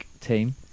team